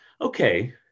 Okay